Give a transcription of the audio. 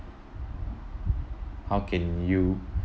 how can you